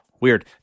weird